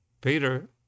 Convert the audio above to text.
Peter